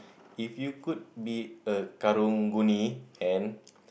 if you could be a karang-guni and